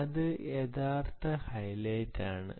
അത് യഥാർത്ഥ ഹൈലൈറ്റ് ആണ്